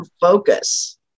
focus